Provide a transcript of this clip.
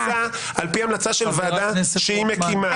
בקנדה הממשלה ממנה על פי המלצה של ועדה שהיא מקימה.